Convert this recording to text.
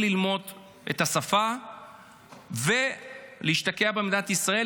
ללמוד את השפה ולהשתקע במדינת ישראל,